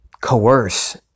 coerce